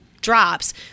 drops